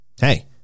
hey